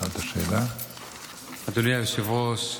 אדוני היושב-ראש,